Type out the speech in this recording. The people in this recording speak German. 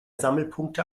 sammelpunkte